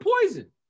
poison